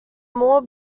more